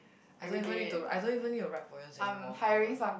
I don't even need to I don't even need to write poems anymore oh-my-god ah